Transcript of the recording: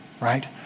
right